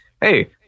hey